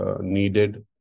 needed